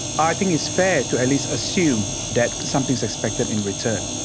i think it's fair to at least assume that something is expected in return.